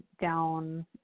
down